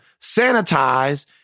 sanitize